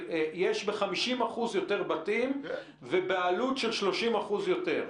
יש ב-50% יותר בתים, ובעלות של 30% יותר.